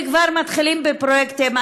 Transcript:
אם כבר מתחילים בפרויקטים,